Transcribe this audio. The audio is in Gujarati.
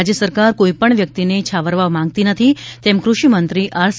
રાજ્ય સરકાર કોઈપણ વ્યક્તિને છાવરવા માંગતી નથી તેમ કૃષિમંત્રી આર સી